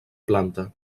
planta